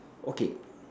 okay